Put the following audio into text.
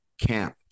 camp